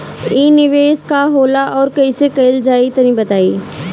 इ निवेस का होला अउर कइसे कइल जाई तनि बताईं?